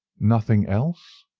nothing else?